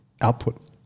output